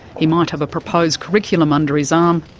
he might have a proposed curriculum under his um